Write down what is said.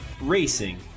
racing